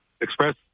express